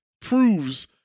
proves